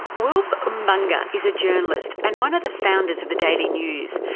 wilfred mbanga is a journalist and one of the founders of the daily news,